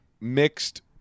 mixed